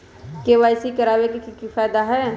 KYC करवाबे के कि फायदा है?